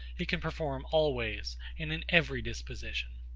he can perform always, and in every disposition.